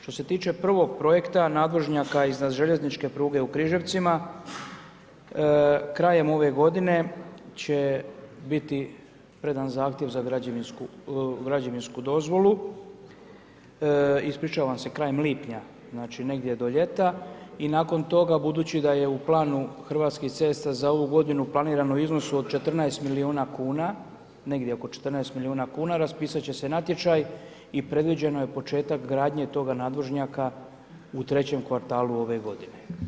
Što se tiče prvog projekta nadvožnjaka iznad željezničke pruge u Križevcima, krajem ove godine će biti predan zahtjev za građevinsku dozvolu, ispričavam se krajem lipnja, negdje do ljeta i nakon toga budući da je u planu Hrvatskih cesta za ovu godinu planirano u iznosu od 14 milijuna kuna, negdje oko 14 mil. kuna raspisat će se natječaj i predviđeno je početak gradnje toga nadvožnjaka u trećem kvartalu ove godine.